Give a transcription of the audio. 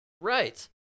Right